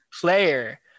player